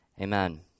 Amen